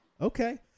okay